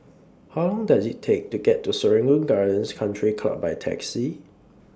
How Long Does IT Take to get to Serangoon Gardens Country Club By Taxi